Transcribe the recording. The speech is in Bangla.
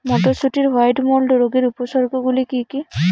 মটরশুটির হোয়াইট মোল্ড রোগের উপসর্গগুলি কী কী?